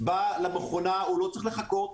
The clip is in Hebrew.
בא למכונה הוא לא צריך לחכות,